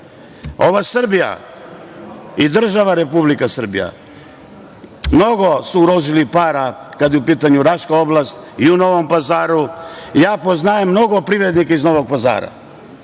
Ova Srbija i država Republika Srbija mnogo je uložila para kada je u pitanju Raška oblast i u Novom Pazaru. Poznajem mnogo privrednika iz Novog Pazar